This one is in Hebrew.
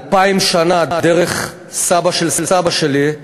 אלפיים שנה דרך סבא של סבא שלי,